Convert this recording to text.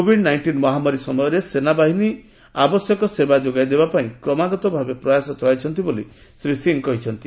Covid nineteen ମହାମାରୀ ସମୟରେ ସେନାବାହିନୀ ଆବଶ୍ୟକ ସେବା ଯୋଗାଇଦେବା ପାଇଁ କ୍ରମାଗତ ଭାବେ ପ୍ରୟାସ ଚଳାଇଛନ୍ତି ବୋଲି ଶ୍ରୀ ସିଂ କହିଛନ୍ତି